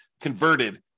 converted